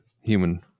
human